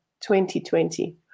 2020